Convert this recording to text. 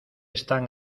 están